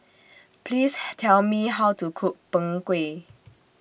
Please Tell Me How to Cook Png Kueh